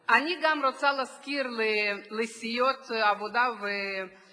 אני גם רוצה להזכיר לסיעת העבודה ולסיעת